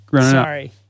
sorry